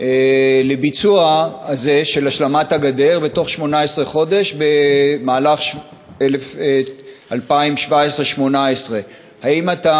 לביצוע השלמת הגדר בתוך 18 חודש במהלך 2018-2017. האם אתה